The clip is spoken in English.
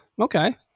Okay